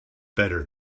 better